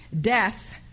Death